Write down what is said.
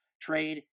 trade